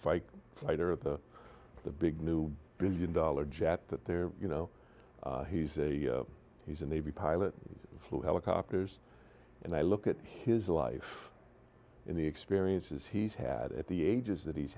fighter either of the big new one billion dollar jet that they're you know he's a he's a navy pilot flew helicopters and i look at his life in the experiences he's had at the ages that he's